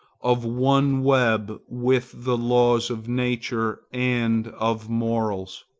of one web with the laws of nature and of morals.